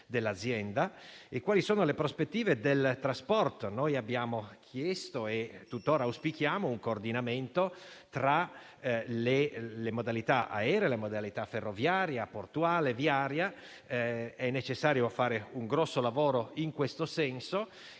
quali sono le prospettive del trasporto. Abbiamo chiesto, e tuttora auspichiamo, un coordinamento tra le modalità aerea, ferroviaria, portuale e viaria. È necessario compiere un grande lavoro in questo senso,